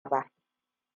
ba